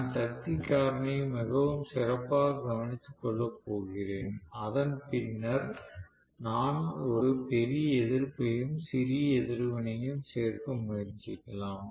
நான் சக்தி காரணியை மிகவும் சிறப்பாக கவனித்துக் கொள்ளப் போகிறேன் அதன் பின்னர் நான் ஒரு பெரிய எதிர்ப்பையும் சிறிய எதிர்வினையையும் சேர்க்க முயற்சிக்கலாம்